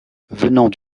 venant